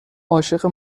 عاشق